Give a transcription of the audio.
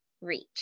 reach